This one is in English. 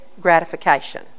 gratification